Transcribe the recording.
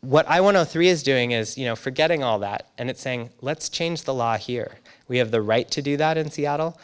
what i want to three is doing is you know forgetting all that and it's saying let's change the law here we have the right to do that in seattle